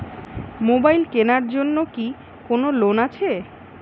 Mobile কেনার জন্য কি কোন লোন আছে?